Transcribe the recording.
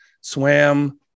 swam